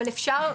אבל אפשר,